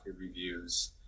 reviews